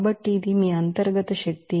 కాబట్టి ఇది మీ అంతర్గత శక్తి